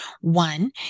one